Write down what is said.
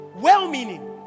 well-meaning